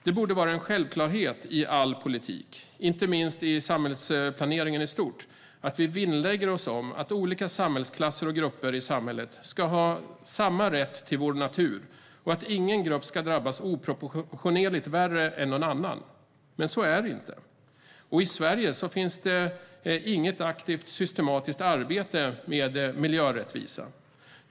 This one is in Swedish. Det borde vara en självklarhet i all politik, inte minst i samhällsplaneringen i stort, att vi vinnlägger oss om att olika samhällsklasser och grupper i samhället ska ha samma rätt till vår natur och att ingen grupp ska drabbas oproportionerligt värre än någon annan. Men så är det inte. I Sverige finns inget aktivt och systematiskt arbete med miljörättvisa.